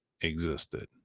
existed